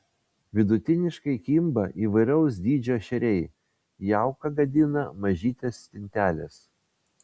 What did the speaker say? vidutiniškai kimba įvairaus dydžio ešeriai jauką gadina mažytės stintelės